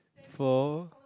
four